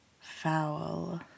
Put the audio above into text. foul